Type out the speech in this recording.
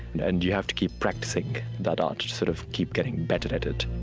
and you have to keep practicing that art, sort of keep getting better at it